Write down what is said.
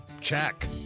check